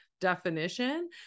definition